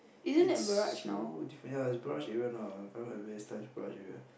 it's so different ya it's barrage area now Gardens-by-the-Bay slash barrage area